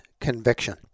conviction